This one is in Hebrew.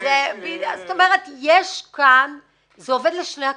זה עובד לשני הכיוונים.